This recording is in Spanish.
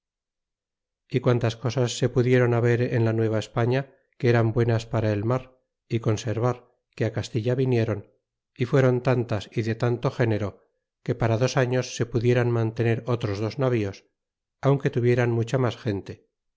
y quantas cosas se pudieron haber en la nueva españa que eran buenas para el mar y conservar que castilla vinieron y fueron tantas y de tanto género que para dos años se pudieran mantener otros dos navíos aunque tuvieran mucha mas gente